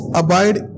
abide